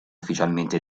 ufficialmente